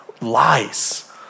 lies